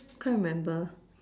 can't remember